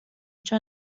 خشحال